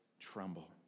tremble